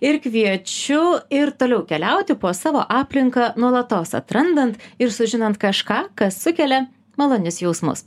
ir kviečiu ir toliau keliauti po savo aplinką nuolatos atrandant ir sužinant kažką kas sukelia malonius jausmus